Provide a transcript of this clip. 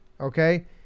okay